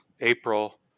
April